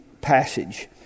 passage